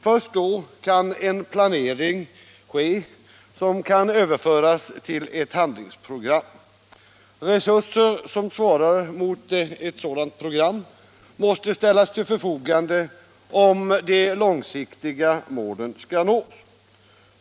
Först då kan en planering ske, som kan överföras till ett handlingsprogram. Resurser som svarar mot ett sådant program måste ställas till förfogande om de långsiktiga målen skall nås.